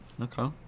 Okay